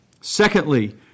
Secondly